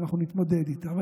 ואנחנו נתמודד איתה.